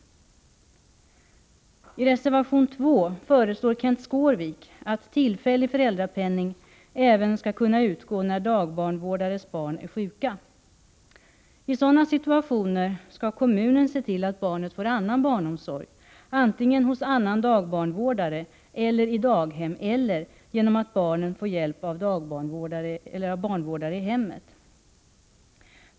I reservation 2 föreslår Kenth Skårvik att tillfällig föräldrapenning även skall kunna utgå när dagbarnvårdares barn är sjuka. I sådana situationer skall kommunen se till att barnet får annan barnomsorg, antingen hos annan dagbarnvårdare, i daghem eller genom att barnet får hjälp av barnvårdare i hemmet.